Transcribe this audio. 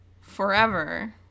forever